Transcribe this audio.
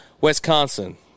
Wisconsin